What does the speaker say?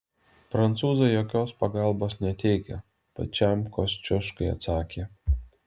prancūzai jokios pagalbos neteikia pačiam kosciuškai atsakė